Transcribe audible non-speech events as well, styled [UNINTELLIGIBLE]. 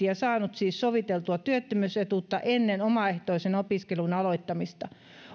[UNINTELLIGIBLE] ja saanut siis soviteltua työttömyysetuutta ennen omaehtoisen opiskelun aloittamista